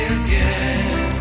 again